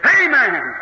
Amen